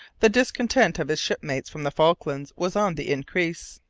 the discontent of his shipmates from the falklands was on the increase.